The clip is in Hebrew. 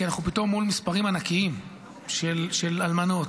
כי אנחנו פתאום מול מספרים ענקיים של אלמנות,